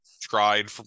tried